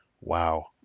wow